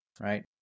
right